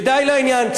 ודי לעניין.